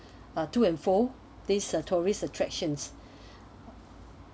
uh two and four this uh tourist attractions